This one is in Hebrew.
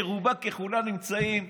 שרובה ככולה נמצאים,